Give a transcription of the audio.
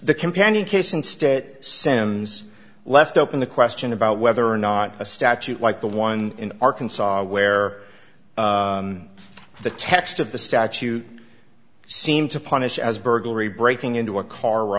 the companion case instead it sems left open the question about whether or not a statute like the one in arkansas where the text of the statute seem to punish as burglary breaking into a car